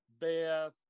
Beth